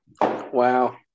Wow